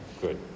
Good